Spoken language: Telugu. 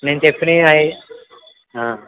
నేను చెప్పినవి అవి